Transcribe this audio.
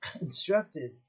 instructed